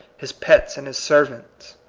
his pets and his servants,